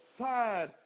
side